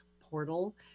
Portal